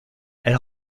elle